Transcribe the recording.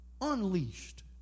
unleashed